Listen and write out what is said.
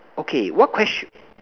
okay what question